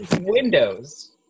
Windows